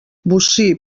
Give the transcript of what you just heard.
bocí